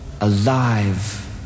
alive